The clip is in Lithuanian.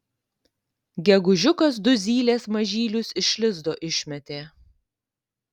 gegužiukas du zylės mažylius iš lizdo išmetė